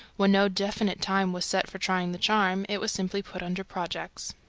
when no definite time was set for trying the charm, it was simply put under projects.